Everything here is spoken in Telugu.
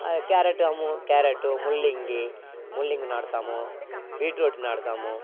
క్యారెట్ అము క్యారెట్టు ముల్లంగి ముల్లంగి నాటుతాము బీట్రూట్ నాటుతాము